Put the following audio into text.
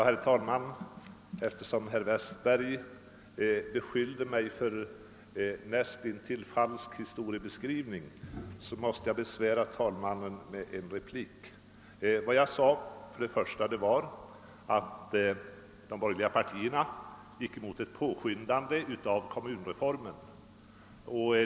Herr talman! Eftersom herr Westberg i Ljusdal beskyllde mig för näst intill falsk historieskrivning, måste jag besvära herr talmannen med en replik. Jag sade att de borgerliga partierna gick emot ett påskyndande av kommunreformen.